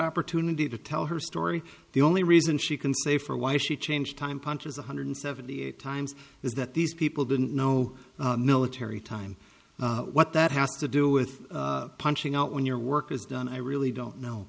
opportunity to tell her story the only reason she can say for why she changed time punches one hundred seventy eight times is that these people didn't know military time what that has to do with punching out when your work is done i really don't know